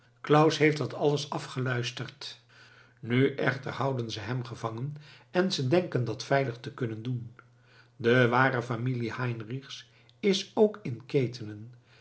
claus heeft dat alles afgeluisterd nu echter houden ze hem gevangen en ze denken dat veilig te kunnen doen de ware familie heinrichs is ook in ketenen